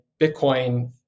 Bitcoin